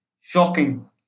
shocking